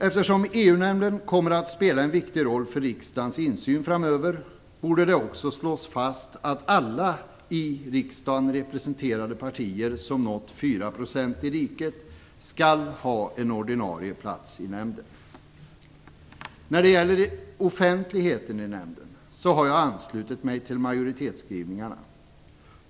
Eftersom EU-nämnden kommer att spela en viktig roll för riksdagens insyn framöver, borde det också slås fast att alla i riksdagen representerade partier som nått 4 % i riket skall ha en ordinarie plats i nämnden. När det gäller offentligheten i nämnden har jag anslutit mig till majoritetsskrivningarna.